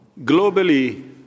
Globally